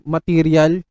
Material